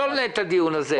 לא ננהל את הדיון הזה.